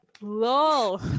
Lol